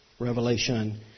Revelation